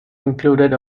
included